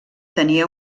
tenia